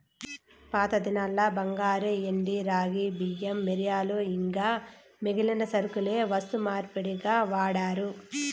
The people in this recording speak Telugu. పాతదినాల్ల బంగారు, ఎండి, రాగి, బియ్యం, మిరియాలు ఇంకా మిగిలిన సరకులే వస్తు మార్పిడిగా వాడారు